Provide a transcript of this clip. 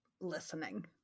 listening